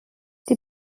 die